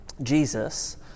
Jesus